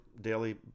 daily